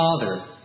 father